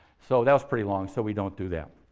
so that was pretty long, so we don't do that.